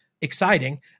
exciting